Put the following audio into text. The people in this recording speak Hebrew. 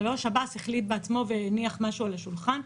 זה לא שב"ס החליט בעצמו והניח משהו על השולחן,